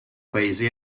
paesi